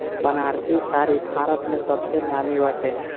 बनारसी साड़ी भारत में सबसे नामी बाटे